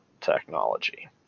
technology